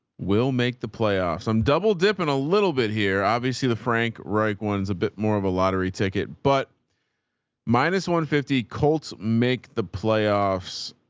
we'll make the playoffs. i'm double dipping a little bit here. obviously the frank reich, one's a bit more of a lottery ticket, but minus one fifty colts, make the playoffs.